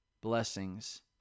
blessings